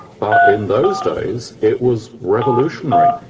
but in those days it was revolutionary.